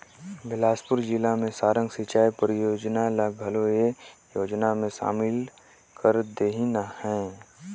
बेलासपुर जिला के सारंग सिंचई परियोजना ल घलो ए योजना मे सामिल कर देहिनह है